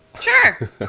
Sure